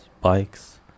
bikes